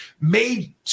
made